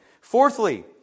Fourthly